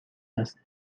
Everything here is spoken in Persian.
است